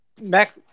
Mac